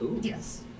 Yes